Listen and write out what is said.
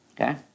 Okay